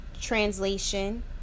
translation